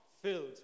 filled